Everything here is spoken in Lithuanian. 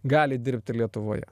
gali dirbti lietuvoje